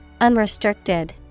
Unrestricted